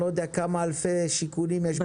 אני לא יודע כמה אלפי שיכונים יש בישראל.